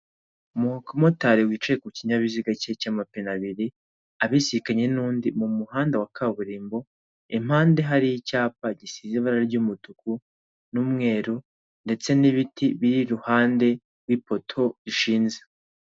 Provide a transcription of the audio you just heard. Umumotari wicaye ku kinyabiziga cye cy'amapine abiri, abisikanye n'undi mu muhanda wa kaburimbo, impande hari icyapa gisize ibara ry'umutuku n'umweru ndetse n'ibiti biri iruhande rw'ipoto rishinze.